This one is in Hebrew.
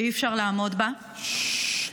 שאי-אפשר לעמוד בה -- טלי.